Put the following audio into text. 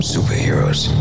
Superheroes